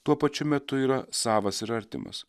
tuo pačiu metu yra savas ir artimas